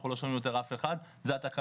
אנחנו לא שומעים יותר אף אחד ואלה התקנות.